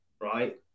right